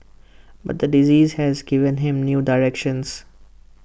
but the disease has given him new direction